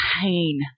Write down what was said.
pain